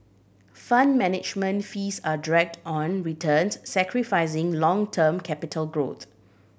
Fund Management fees are draged on returns sacrificing long term capital growth